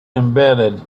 embedded